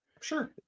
sure